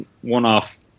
one-off